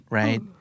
right